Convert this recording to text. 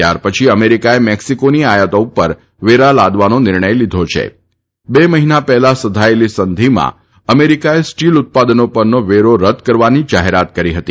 ત્યાર પછી અમહીકાએ મહિસ્કોની આથાતો ઉપર વર્ષા લાદવાનો નિર્ણય લીધો છલ બલમહિના પહેલા સધાયલી સંઘીમાં અમદ્રીકાએ સ્ટીલ ઉત્પાદનો પરનો વશ્નો રદ કરવાની જાહેરાત કરી હતી